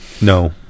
No